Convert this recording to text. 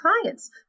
clients